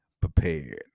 prepared